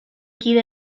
kide